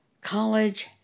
college